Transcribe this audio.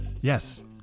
Yes